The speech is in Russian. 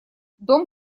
дом